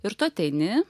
ir tu ateini